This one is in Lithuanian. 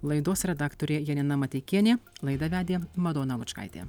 laidos redaktorė janina mateikienė laidą vedė madona lučkaitė